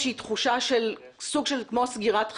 שהיא תחושה של סוג של כמו סגירת חשבונות,